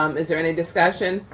um is there any discussion?